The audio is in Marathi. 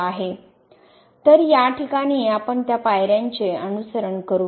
तर या ठिकाणी आपण त्या पायऱ्यांचे अनुसरण करू